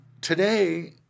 today